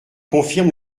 confirme